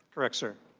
correct answer.